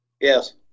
Yes